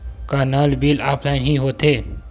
का नल bill offline हि होथे?